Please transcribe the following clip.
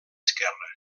esquerra